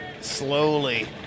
slowly